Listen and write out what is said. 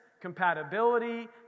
compatibility